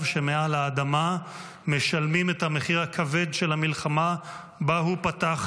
שמעל האדמה משלמים את המחיר הכבד של המלחמה שבה הוא פתח,